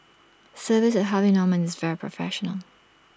service at Harvey Norman is very professional